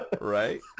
right